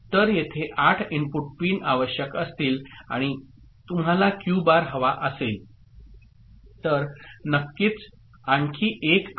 तर येथे 8 output pin आवश्यक असतील आणि तुम्हाला क्यू बार हवा असेल तर नक्कीच आणखी एक 8